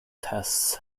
tests